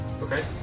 okay